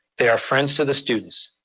they are friends to the students.